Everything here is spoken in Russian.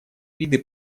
виды